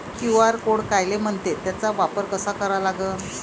QR code कायले म्हनते, त्याचा वापर कसा करा लागन?